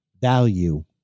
value